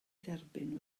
dderbyn